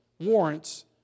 warrants